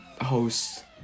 host